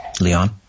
Leon